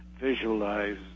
visualize